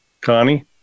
Connie